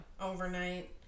overnight